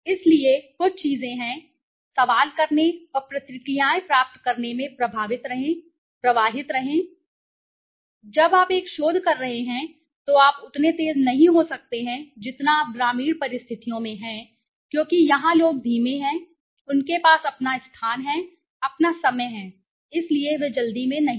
इसलिए कुछ चीजें हैं सवाल करने और प्रतिक्रियाएं प्राप्त करने में प्रवाहित रहें जब आप एक शोध कर रहे हैं तो आप उतने तेज़ नहीं हो सकते हैं जितना आप ग्रामीण परिस्थितियों में हैं क्योंकि यहाँ लोग धीमे हैं उनके पास अपना स्थान है अपना समय है इसलिए वे जल्दी में नहीं हैं